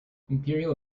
imperial